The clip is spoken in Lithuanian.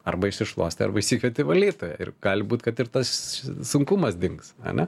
arba išsišluostai arba išsikvieti valytoją ir gali būti kad ir tas sunkumas dings ane